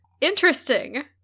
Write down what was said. Interesting